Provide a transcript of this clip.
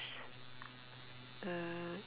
uh